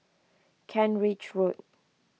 Kent Ridge Road